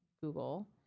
Google